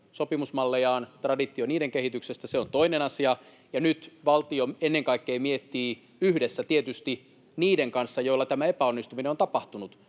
sopimusmallejaan, traditio niiden kehityksestä — se on toinen asia. Nyt valtio ennen kaikkea miettii — tietysti yhdessä niiden kanssa, joilla tämä epäonnistuminen on tapahtunut